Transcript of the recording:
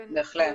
בהחלט.